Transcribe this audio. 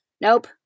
nope